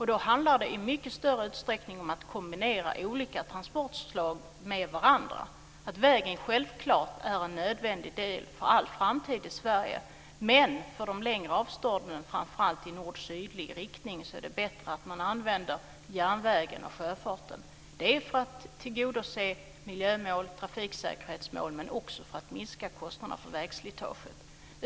Då handlar det i mycket stor utsträckning om att kombinera olika transportslag med varandra. Vägen är självfallet en nödvändig del för all framtid i Sverige, men för de längre avstånden, framför allt i nordsydlig riktning, är det bättre att använda järnvägen och sjöfarten. Det tillgodoser miljömål och trafiksäkerhetsmål, och det minskar kostnaderna för vägslitaget.